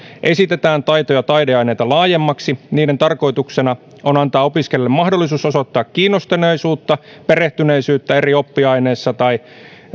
esitetään taito ja taideaineita laajemmaksi niiden tarkoituksena on antaa opiskelijalle mahdollisuus osoittaa kiinnostuneisuuttaan ja perehtyneisyyttään eri oppiaineissa tai